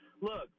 Look